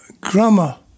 grammar